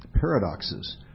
paradoxes